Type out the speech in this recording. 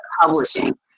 publishing